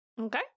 okay